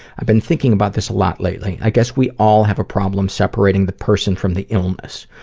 i've been thinking about this a lot lately. i guess we all have a problem separating the person from the illness.